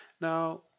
now